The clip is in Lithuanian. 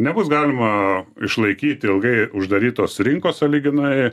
nebus galima išlaikyt ilgai uždarytos rinkos sąlyginai